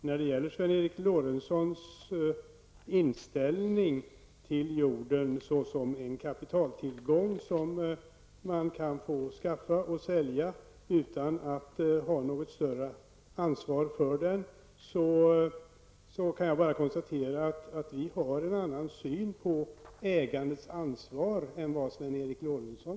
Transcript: När det gäller Sven Eric Lorentzons inställning till jorden såsom en kapitaltillgång som man kan få skaffa och sälja utan att ha något större ansvar för den, kan jag bara konstatera att vi har en annan syn på ägandets ansvar än Sven Eric Lorentzon.